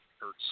hurts